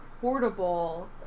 portable